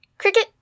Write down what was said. Cricket